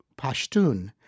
Pashtun